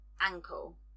ankle